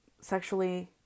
sexually